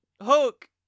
Hook